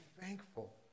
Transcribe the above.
thankful